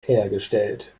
hergestellt